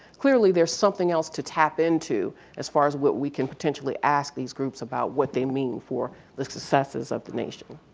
clearly there's something else to tap into as far as we can potentially ask these groups about what they mean for the successes of the nation.